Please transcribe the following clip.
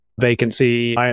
vacancy